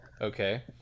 okay